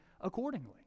accordingly